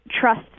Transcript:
trust